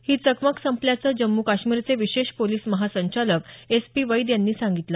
ही चकमक संपल्याचं जम्मू काश्मीरचे विशेष पोलिस महासंचालक एस पी वैद यांनी सांगितलं